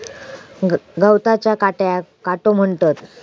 गवताच्या काट्याक काटो म्हणतत